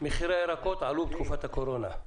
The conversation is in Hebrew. מחירי הירקות עלו בתקופת הקורונה.